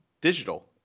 digital